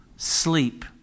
Sleep